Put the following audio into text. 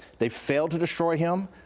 they've failed to destroy him.